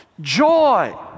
joy